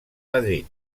madrid